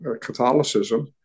Catholicism